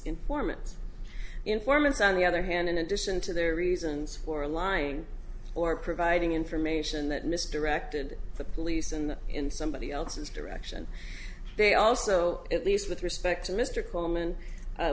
informants informants on the other hand in addition to their reasons for lying or providing information that misdirected the police and in somebody else's direction they also at least with respect to mr coleman